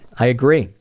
i agree.